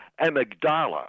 amygdala